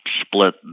split